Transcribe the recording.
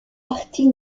partie